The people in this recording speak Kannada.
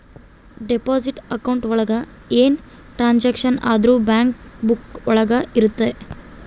ಡೆಪಾಸಿಟ್ ಅಕೌಂಟ್ ಒಳಗ ಏನೇ ಟ್ರಾನ್ಸಾಕ್ಷನ್ ಆದ್ರೂ ಬ್ಯಾಂಕ್ ಬುಕ್ಕ ಒಳಗ ಇರುತ್ತೆ